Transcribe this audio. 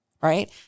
right